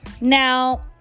Now